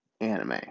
anime